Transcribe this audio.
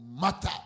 matter